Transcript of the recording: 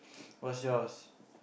what's yours